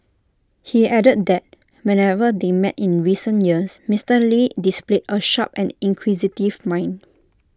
he added that whenever they met in recent years Mister lee displayed A sharp and inquisitive mind